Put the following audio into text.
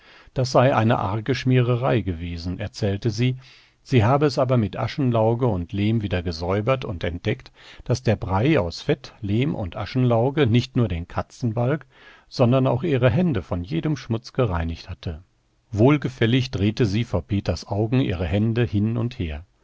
das sei eine arge schmiererei gewesen erzählte sie sie habe es aber mit aschenlauge und lehm wieder gesäubert und entdeckt daß der brei aus fett lehm und aschenlauge nicht nur den katzenbalg sondern auch ihre hände von jedem schmutz gereinigt hatte wohlgefällig drehte sie vor peters augen ihre hände hin und her